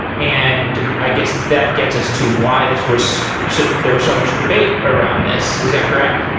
and i guess that gets us to why this was there was so much debate around this is that correct?